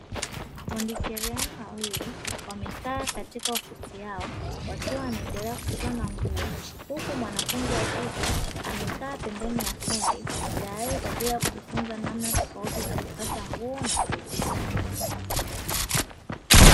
Fundi cherehani wawili wamekaa katika ofisi yao, wakiwa wanaendelea kushona nguo, huku mwanafunzi wa kike amekaa pembeni ya fundi, tayari kwa ajili ya kujifunza namna tofauti za kukata nguo na kuzishona.